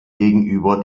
gegenüber